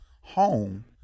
home